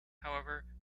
however